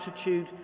attitude